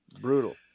Brutal